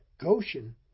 Goshen